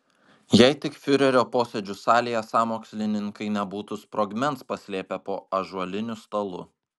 jei tik fiurerio posėdžių salėje sąmokslininkai nebūtų sprogmens paslėpę po ąžuoliniu stalu